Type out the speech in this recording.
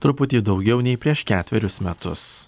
truputį daugiau nei prieš ketverius metus